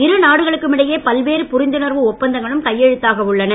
இரு நாடுகளுக்கும் இடையே பல்வேறு புரிந்துணர்வு ஒப்பந்தங்களும் கையெழுத்தாக உள்ளன